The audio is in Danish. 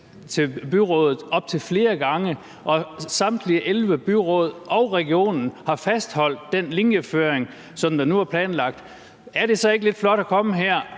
til byråd op til flere gange; og når samtlige 11 byråd og regionen har fastholdt den linjeføring, som nu er planlagt. Er det så ikke lidt flot at komme her